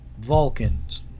Vulcans